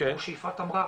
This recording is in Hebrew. כמו שיפעת אמרה,